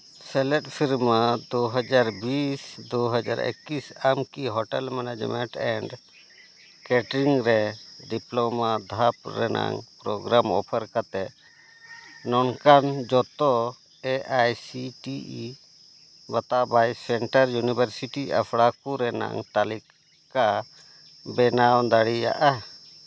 ᱥᱮᱞᱮᱫ ᱥᱮᱨᱢᱟ ᱫᱩ ᱦᱟᱡᱟᱨ ᱵᱤᱥ ᱫᱩ ᱦᱟᱡᱟᱨ ᱮᱠᱤᱥ ᱟᱢ ᱠᱤ ᱦᱳᱴᱮᱹᱞ ᱢᱮᱱᱮᱡᱽᱢᱮᱱᱴ ᱮᱱᱰ ᱠᱮᱴᱟᱨᱤᱝ ᱨᱮ ᱰᱤᱯᱞᱳᱢᱟ ᱫᱷᱟᱯ ᱨᱮᱱᱟᱜ ᱯᱨᱳᱜᱽᱨᱟᱢ ᱚᱯᱷᱟᱨ ᱠᱟᱛᱮᱫ ᱱᱚᱝᱠᱟᱱ ᱡᱚᱛᱚ A I C T E ᱵᱟᱛᱟᱣ ᱵᱟᱭ ᱥᱮᱱᱴᱟᱨ ᱤᱭᱩᱱᱤᱵᱷᱟᱨᱥᱤᱴᱤ ᱟᱥᱲᱟᱯᱩᱨ ᱨᱮᱱᱟᱜ ᱛᱟᱹᱞᱤᱠᱟ ᱵᱮᱱᱟᱣ ᱫᱟᱲᱮᱭᱟᱜᱼᱟ